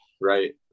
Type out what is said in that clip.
Right